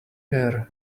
care